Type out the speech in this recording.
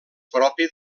propi